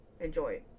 Enjoy